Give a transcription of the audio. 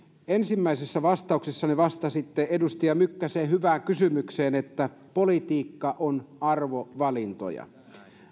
ensimmäisessä vastauksessanne vastasitte edustaja mykkäsen hyvään kysymykseen että politiikka on arvovalintoja